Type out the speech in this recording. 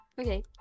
Okay